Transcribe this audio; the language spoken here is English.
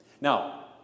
Now